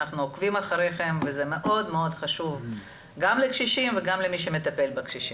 אנחנו עוקבים אחריכם וזה מאוד חשוב גם לקשישים וגם למי שמטפל בקשישים.